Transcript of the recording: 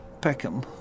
Peckham